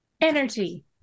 Energy